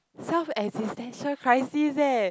self existential crisis leh